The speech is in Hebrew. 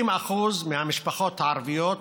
60% מהמשפחות הערביות